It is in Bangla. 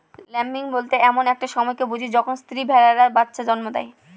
ল্যাম্বিং বলতে এমন একটা সময়কে বুঝি যখন স্ত্রী ভেড়ারা বাচ্চা জন্ম দেয়